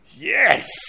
Yes